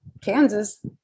kansas